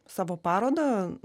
savo parodą